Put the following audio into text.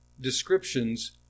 descriptions